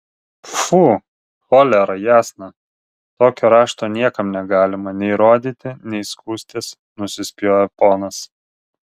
pfu cholera jasna tokio rašto niekam negalima nei rodyti nei skųstis nusispjovė ponas